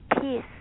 peace